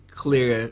clear